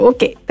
Okay